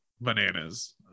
bananas